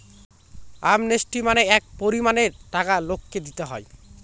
amnesty মানে এক পরিমানের টাকা লোককে দিতে হয়